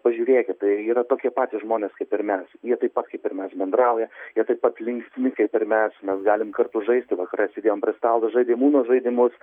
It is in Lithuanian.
pažiūrėkit tai yra tokie patys žmonės kaip ir mes jie taip pat kai ir mes bendrauja jie taip pat linksmi kaip ir mes mes galim kartu žaisti vakare sėdėjom prie stalo žaidėm uno žaidimus